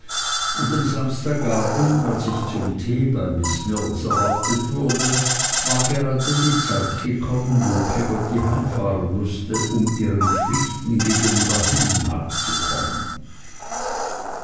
an dem samstagabend als ich zum tee bei miß mills erwartet wurde war gerade die zeit gekommen wo peggotty heimfahren mußte um ihren pflichten gegenüber ham nachzukommen